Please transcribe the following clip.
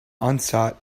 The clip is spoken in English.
unsought